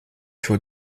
tour